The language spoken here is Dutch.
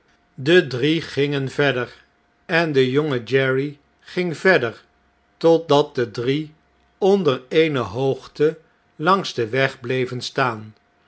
de drie gingen verder en de jonge jerry ging verder totdat de drie onder eene hoogte langs den weg bleven staan